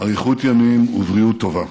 אריכות ימים ובריאות טובה.